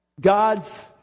God's